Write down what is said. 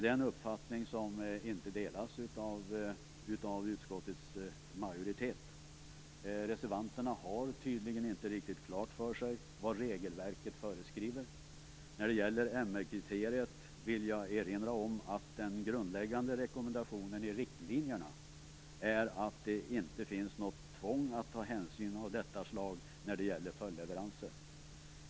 Det är en uppfattning som inte delas av utskottets majoritet. Reservanterna har tydligen inte riktigt klart för sig vad regelverket föreskriver. När det gäller MR-kriteriet vill jag erinra om att den grundläggande rekommendationen i riktlinjerna är att det inte finns något tvång att ta hänsyn av detta slag när det gäller följdleveranser.